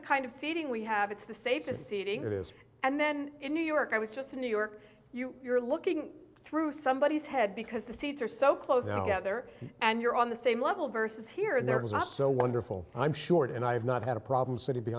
the kind of seating we have it's the safest seating it is and then in new york i was just in new york you're looking through somebody's head because the seats are so close together and you're on the same level versus here and there was not so wonderful i'm short and i have not had a problem s